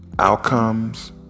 Outcomes